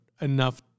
enough